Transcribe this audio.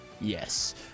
Yes